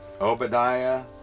Obadiah